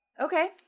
okay